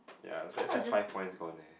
ya so it's like five points gone eh